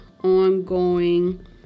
ongoing